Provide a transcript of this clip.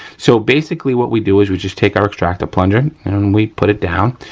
so basically what we do, is we just take our extractor plunger and and we put it down.